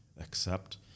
accept